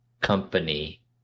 company